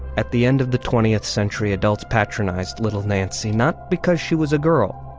at the end of the twentieth century, adults patronized little nancy, not because she was a girl,